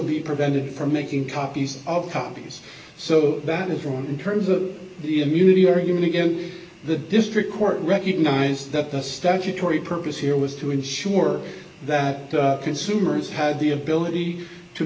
be prevented from making copies of copies so that is wrong in terms of the immunity argument again the district court recognized that the statutory purpose here was to ensure that consumers had the ability to